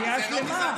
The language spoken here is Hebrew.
הם הרבה, זאת סיעה שלמה.